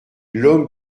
l’homme